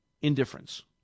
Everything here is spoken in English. indifference